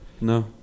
No